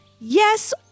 Yes